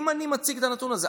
אם אני מציג את הנתון הזה,